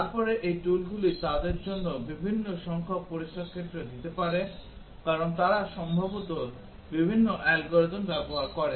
তারপরে এই toolগুলি তাদের জন্য বিভিন্ন সংখ্যক পরীক্ষার ক্ষেত্রে দিতে পারে কারণ তারা সম্ভবত বিভিন্ন অ্যালগরিদম ব্যবহার করে